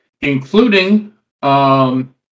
including